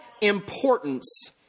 importance